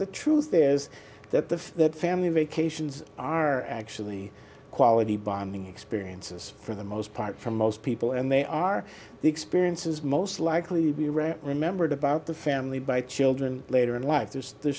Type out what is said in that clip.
the truth is that the that family vacations are actually quality bonding experiences for the most part for most people and they are the experiences most likely to be right remembered about the family by children later in life